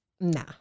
Nah